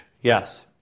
yes